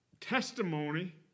testimony